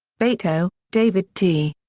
beito, david t.